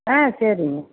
ஆ சரிங்க